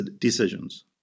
decisions